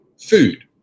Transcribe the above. food